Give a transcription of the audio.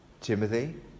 Timothy